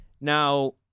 Now